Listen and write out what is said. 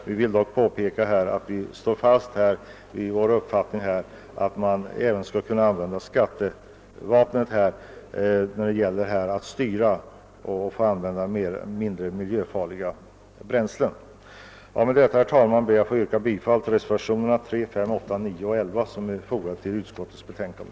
Jag vill dock påpeka att vi står fast vid vår uppfattning att man även borde kunna använda skatterna för att styra användningen av drivmedel i riktning mot mindre miljöfarliga bränslen. Med dessa ord, herr talman, ber jag att få yrka bifall till reservationerna 3, 5, 8, 9 och 11 som är fogade till utskottets betänkande.